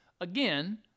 Again